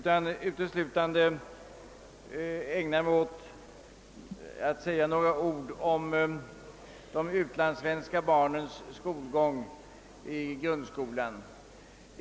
Jag skall bara säga några ord om de utlandssvenska barnens skolgång i grundskolan.